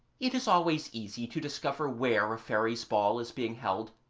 it is always easy to discover where a fairies' ball is being held,